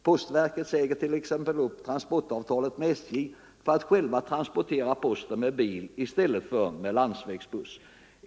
Postverket säger t.ex. upp transportavtalet med SJ för att själv transportera posten per bil i stället för att låta den gå med landsvägsbuss.